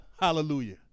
hallelujah